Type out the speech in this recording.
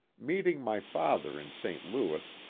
meeting my father in saint louis,